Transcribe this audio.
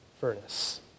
furnace